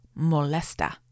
Molesta